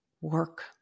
work